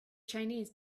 chinese